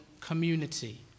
community